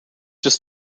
just